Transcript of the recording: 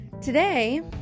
Today